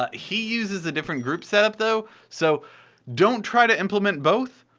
ah he uses a different group setup though, so don't try to implement both.